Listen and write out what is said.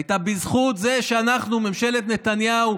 הייתה בזכות זה שממשלת נתניהו,